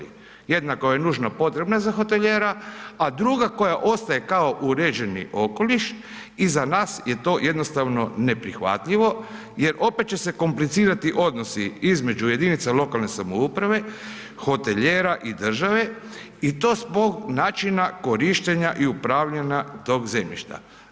Jedna koja je nužno potrebna za hotelijera, a druga koja ostaje kao uređeni okoliš i za nas je to jednostavno neprihvatljivo jer opet će se komplicirati odnosi između jedinice lokalne samouprave, hotelijera i države i to zbog načina korištenja i upravljanja tog zemljišta.